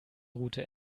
route